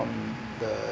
from the